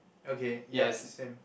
okay ya same